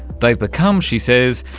they've become, she says,